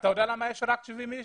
אתה יודע למה יש רק 70 אנשים?